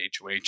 HOH